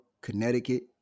Connecticut